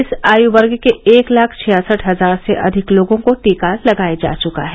इस आयु वर्ग के एक लाख छियासठ हजार से अधिक लोगों को टीका लगाया जा चुका है